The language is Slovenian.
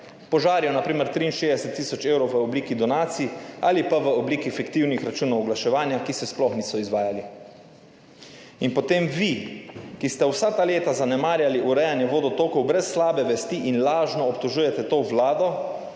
Požarju na primer 63 tisoč evrov v obliki donacij ali pa v obliki fiktivnih računov oglaševanja, ki se sploh niso izvajali. In potem vi, ki ste vsa ta leta zanemarjali urejanje vodotokov, brez slabe vesti in lažno obtožujete to Vlado,